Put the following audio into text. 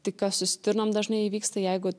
tik kas su stirnom dažnai įvyksta jeigu